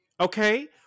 Okay